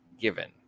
given